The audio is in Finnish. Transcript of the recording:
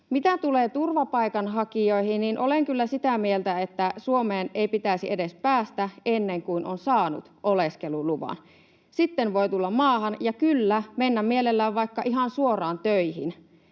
Mitä tulee turvapaikanhakijoihin, olen kyllä sitä mieltä, että Suomeen ei pitäisi edes päästä ennen kuin on saanut oleskeluluvan. Sitten voi tulla maahan ja — kyllä — mennä mielellään vaikka ihan suoraan töihin.